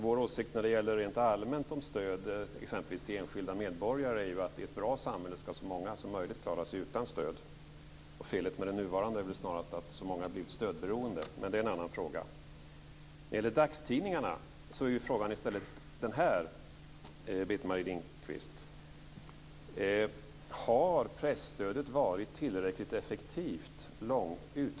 Vår åsikt rent allmänt om stöd exempelvis till enskilda medborgare är att i ett bra samhälle ska så många som möjligt klara sig utan stöd. Felet i det nuvarande samhället är väl snarast att så många har blivit stödberoende. Men det är en annan fråga. När det gäller dagstidningar, Britt-Marie Lindkvist, är ju frågan i stället: Har presstödet varit uthålligt effektivt?